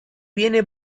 viene